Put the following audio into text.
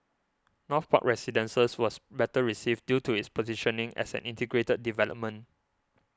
North Park Residences was better received due to its positioning as an integrated development